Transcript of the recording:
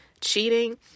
cheating